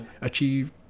achieve